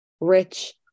rich